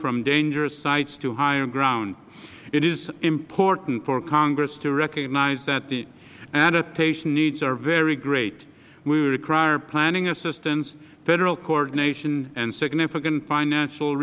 from dangerous sites to higher ground it is important for congress to recognize that the adaptation needs are very great we require planning assistance federal coordination and significant financial